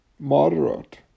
moderate